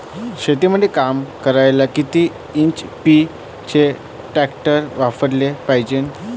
शेतीमंदी काम करायले किती एच.पी चे ट्रॅक्टर वापरायले पायजे?